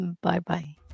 Bye-bye